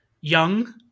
young